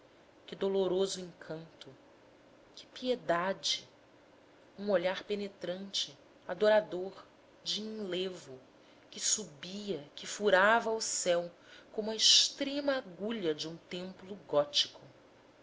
que doloroso encanto que piedade um olhar penetrante adorador de enlevo que subia que furava o céu como a extrema agulha de um templo gótico